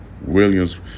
Williams